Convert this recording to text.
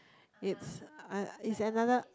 it's uh it's another